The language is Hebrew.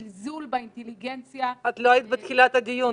זלזול באינטליגנציה --- לא היית בתחילת הדיון,